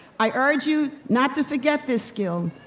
i urge you not to forget this skill.